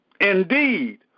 indeed